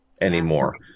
anymore